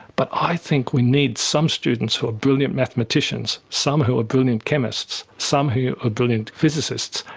but i think we need some students who are brilliant mathematicians, some who are brilliant chemists, some who are brilliant physicists,